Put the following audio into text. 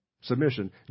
submission